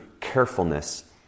carefulness